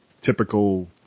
typical